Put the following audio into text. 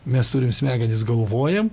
mes turim smegenis galvojam